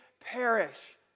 perish